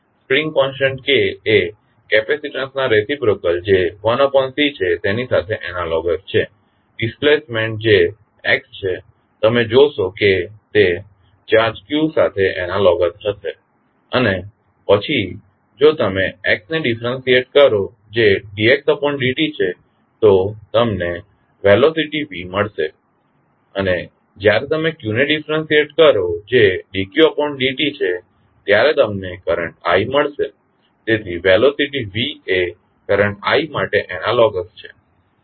spring constant K એ કેપેસીટંસના reciprocal જે 1C છે તેની સાથે એનાલોગસ છે ડિસ્પ્લેસમેન્ટ જે x છે તમે જોશો કે તે ચાર્જ q સાથે એનાલોગસ હશે અને પછી જો તમે x ને ડીફરંશીયંટ કરો જે dxdt છે તો તમને વેલોસીટી v મળશે અને જ્યારે તમે q ને ડીફરંશીયંટ કરો જે dqdt છે ત્યારે તમને કરંટ i મળશે તેથી વેલોસીટી v એ કરંટ i માટે એનાલોગસ છે